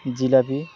jalebi